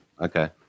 Okay